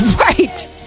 Right